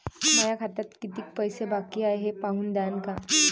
माया खात्यात कितीक पैसे बाकी हाय हे पाहून द्यान का?